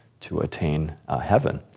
to attain heaven.